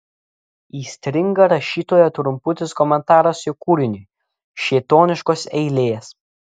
įstringa rašytojo trumputis komentaras jo kūriniui šėtoniškos eilės